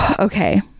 Okay